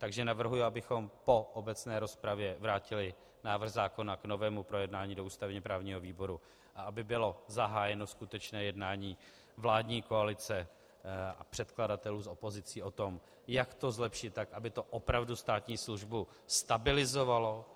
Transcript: Takže navrhuji, abychom po obecné rozpravě vrátili návrh zákona k novému projednání do ústavněprávního výboru a aby bylo zahájeno skutečné jednání vládní koalice a předkladatelů s opozicí o tom, jak to zlepšit tak, aby to opravdu státní službu stabilizovalo.